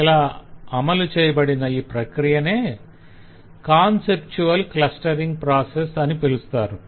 ఇలా అమలు చేయబడిన ఈ ప్రక్రియనే కాన్సెప్త్యువల్ క్లస్టరింగ్ ప్రాసెస్ అని పిలుస్తారు